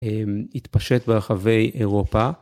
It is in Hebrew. התפשט ברחבי אירופה.